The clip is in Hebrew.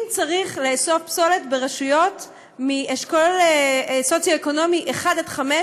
אם צריך לאסוף פסולת ברשויות מאשכול סוציו-אקונומי 1 5,